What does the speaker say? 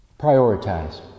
prioritize